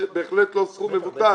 זה בהחלט לא סכום מבוטל